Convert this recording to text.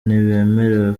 ntibemerewe